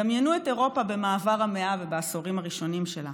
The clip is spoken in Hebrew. דמיינו את אירופה במעבר המאה ובעשורים הראשונים שלה,